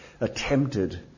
attempted